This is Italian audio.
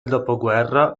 dopoguerra